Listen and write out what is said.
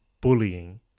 bullying